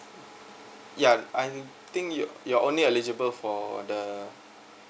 ya I think you you're only eligible for the